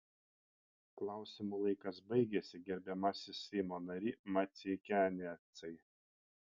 klausimų laikas baigėsi gerbiamasis seimo nary maceikianecai